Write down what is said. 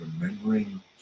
remembering